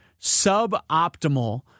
suboptimal